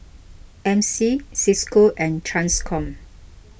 M C Cisco and Transcom